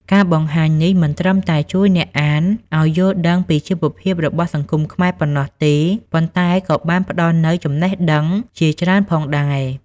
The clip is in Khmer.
ការបង្ហាញនេះមិនត្រឹមតែជួយអ្នកអានឲ្យយល់ដឹងពីជីវភាពរបស់សង្គមប៉ុណ្ណោះទេ ប៉ុន្តែក៏បានផ្តល់នូវចំណេះដឹងជាច្រើនផងដែរ។